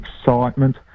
excitement